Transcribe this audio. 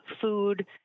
food